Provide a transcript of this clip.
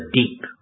deep